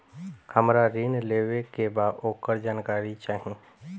हमरा ऋण लेवे के बा वोकर जानकारी चाही